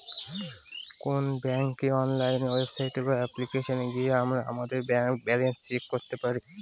কোন ব্যাঙ্কের online website বা অ্যাপ্লিকেশনে গিয়ে আমরা আমাদের ব্যালান্স চেক করতে পারি